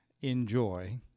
enjoy